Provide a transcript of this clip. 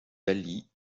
daly